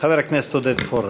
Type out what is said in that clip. חבר הכנסת עודד פורר.